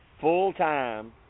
full-time